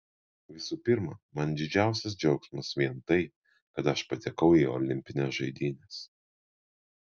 visų pirma man didžiausias džiaugsmas vien tai kad aš patekau į olimpines žaidynes